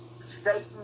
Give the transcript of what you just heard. satan